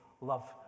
love